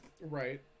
right